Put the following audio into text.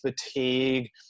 fatigue